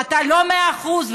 ואתה לא מאה אחוז,